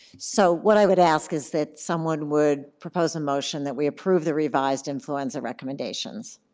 so what i would ask is that someone would propose a motion that we approve the revised influenza recommendations?